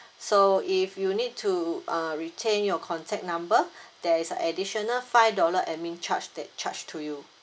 so if you need to uh retain your contact number there is a additional five dollar administration charge that charge to you